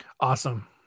Awesome